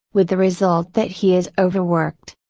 with the result that he is overworked,